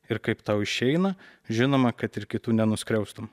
ir kaip tau išeina žinoma kad ir kitų nenuskriaustum